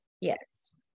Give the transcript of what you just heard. Yes